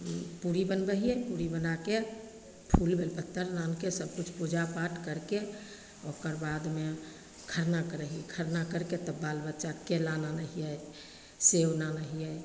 पूड़ी बनबै हिए पूड़ी बनैके फूल बेलपत्र आनिके सबकिछु पूजापाठ करिके ओकर बादमे खरना करै हिए खरना करिके तब बाल बच्चाके केला आनै हिए सेब आनै हिए